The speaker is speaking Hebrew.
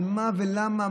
על מה ולמה?